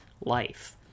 life